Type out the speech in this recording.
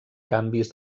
canvis